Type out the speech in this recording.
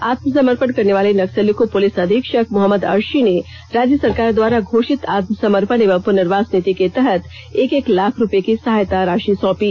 आत्मसमर्पण करने वाले नक्सलियों को पुलिस अधीक्षक मोहम्मद अर्षी ने राज्य सरकार द्वारा घोषित आत्मसमर्पण एवं पुनर्वास नीति के तहत एक एक लाख रुपये की सहायता राषि सौंपी